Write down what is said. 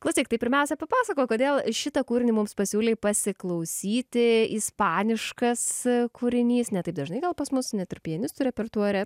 klausyk tai pirmiausia papasakok kodėl šitą kūrinį mums pasiūlei pasiklausyti ispaniškas kūrinys ne taip dažnai gal pas mus net ir pianistų repertuare